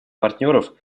партнеров